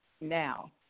now